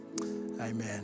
amen